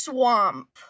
Swamp